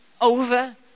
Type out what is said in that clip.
over